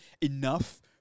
enough